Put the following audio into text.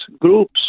groups